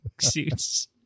suits